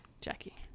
Jackie